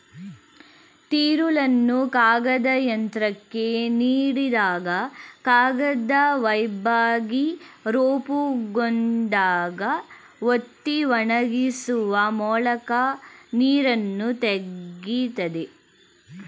ತಿರುಳನ್ನು ಕಾಗದಯಂತ್ರಕ್ಕೆ ನೀಡಿದಾಗ ಕಾಗದ ವೆಬ್ಬಾಗಿ ರೂಪುಗೊಂಡಾಗ ಒತ್ತಿ ಒಣಗಿಸುವ ಮೂಲಕ ನೀರನ್ನು ತೆಗಿತದೆ